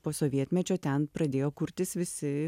po sovietmečio ten pradėjo kurtis visi